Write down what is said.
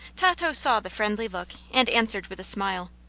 tato saw the friendly look, and answered with a smile.